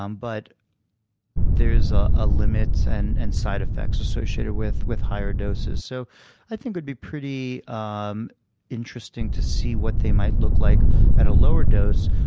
um but there's ah a limit, and and side effects associated with with higher doses. so i think it would be pretty um interesting to see what they might look like at a lower dose,